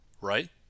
right